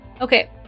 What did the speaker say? Okay